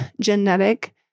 genetic